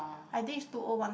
I think is two O one